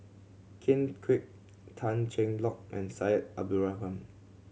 Ken Kwek Tan Cheng Lock and Syed Abdulrahman